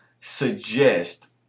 suggest